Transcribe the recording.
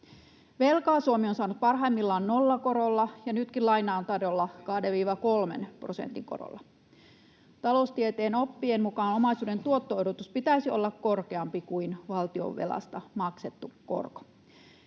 Velkaa Suomi on saanut parhaimmillaan nollakorolla, ja nytkin lainaa on tarjolla 2—3 prosentin korolla. [Petri Huru: Sitä te kyllä otittekin!] Taloustieteen oppien mukaan omaisuuden tuotto-odotuksen pitäisi olla korkeampi kuin valtion velasta maksettu korko.